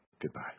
Goodbye